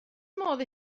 modd